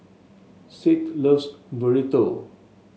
Seth loves Burrito